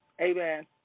Amen